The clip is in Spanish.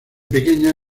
pequeña